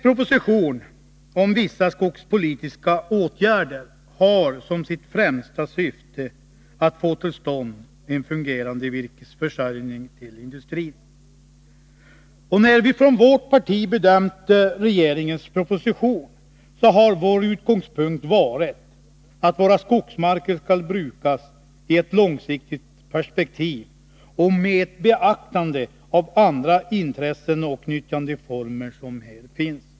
Propositionen om vissa skogspolitiska åtgärder har som sitt främsta syfte att få till stånd en fungerande virkesförsörjning åt industrin. När vi från vårt parti bedömt propositionen, har vår utgångspunkt varit att Sveriges skogsmarker skall brukas i ett långsiktigt perspektiv och med beaktande av andra intressen och nyttjandeformer.